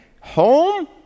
Home